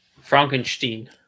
Frankenstein